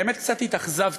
האמת, קצת התאכזבתי.